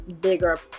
bigger